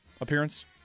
appearance